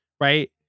Right